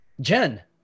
Jen